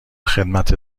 خدمت